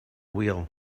wheel